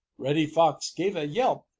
reddy fox gave a yelp,